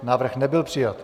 Návrh nebyl přijat.